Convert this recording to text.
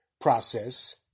process